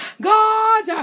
God